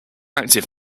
active